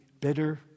bitter